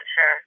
sure